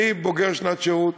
אני בוגר שנת שירות.